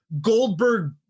Goldberg